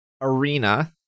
Arena